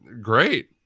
Great